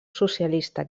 socialista